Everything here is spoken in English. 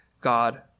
God